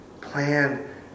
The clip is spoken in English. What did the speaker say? plan